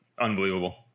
unbelievable